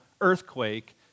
earthquake